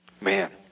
Man